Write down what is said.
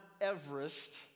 Everest